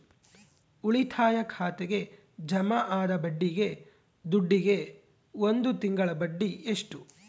ಉಳಿತಾಯ ಖಾತೆಗೆ ಜಮಾ ಆದ ದುಡ್ಡಿಗೆ ಒಂದು ತಿಂಗಳ ಬಡ್ಡಿ ಎಷ್ಟು?